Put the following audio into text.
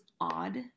odd